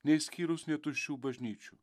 neišskyrus nei tuščių bažnyčių